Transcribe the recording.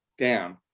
down,